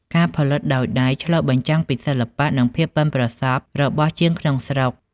ការផលិតដោយដៃឆ្លុះបញ្ចាំងពីសិល្បៈ និងភាពប៉ិនប្រសប់របស់ជាងក្នុងស្រុក។